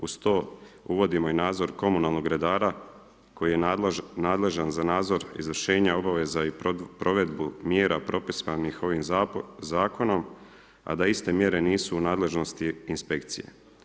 Uz to uvodimo i nadzor komunalnog redara koji je nadležan za nadzor izvršenja obaveza i provedbu mjera propisanih ovim zakonom a da iste mjere nisu u nadležnosti inspekcije.